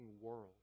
world